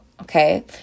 Okay